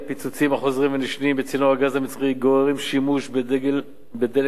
הפיצוצים החוזרים ונשנים בצינור הגז המצרי גוררים שימוש בדלק יקר,